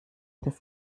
das